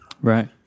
right